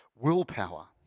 Willpower